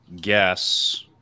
guess